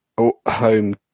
home